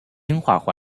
氢化